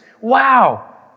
Wow